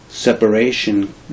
Separation